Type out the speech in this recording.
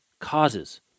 causes